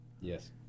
Yes